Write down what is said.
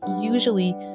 usually